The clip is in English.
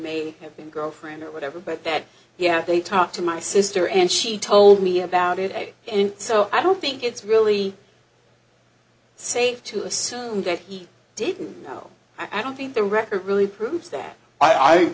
may have been a girlfriend or whatever but that he had they talked to my sister and she told me about it and so i don't think it's really safe to assume that he didn't i don't think the record really proves that i